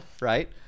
right